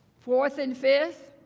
fourth and fifth.